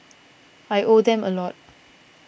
I owe them a lot